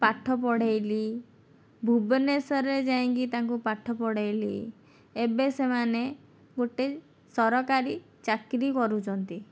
ପାଠ ପଢ଼ାଇଲି ଭୁବନେଶ୍ୱରରେ ଯାଇକି ତାଙ୍କୁ ପାଠ ପଢ଼ାଇଲି ଏବେ ସେମାନେ ଗୋଟିଏ ସରକାରୀ ଚାକିରୀ କରୁଛନ୍ତି